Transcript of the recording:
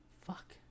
Fuck